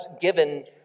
given